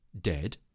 dead